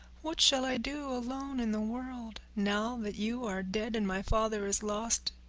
what shall i do alone in the world? now that you are dead and my father is lost,